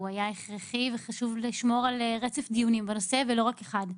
הוא היה הכרחי וחשוב לשמור על רצף דיונים בנושא ולא רק דיון אחד.